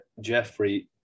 Jeffrey